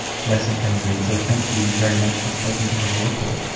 josephine greensill, thank you very much for speaking to the law report.